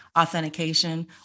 authentication